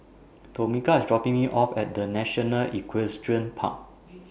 Tomika IS dropping Me off At The National Equestrian Park